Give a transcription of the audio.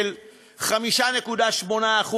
של 5.8%,